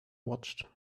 watched